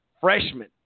freshman